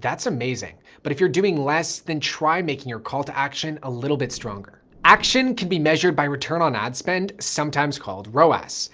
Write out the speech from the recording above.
that's amazing. but if you're doing less than try making your call to action a little bit stronger. action can be measured by return on ad spend sometimes called roas.